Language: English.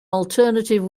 alternative